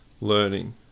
learning